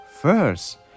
first